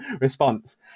response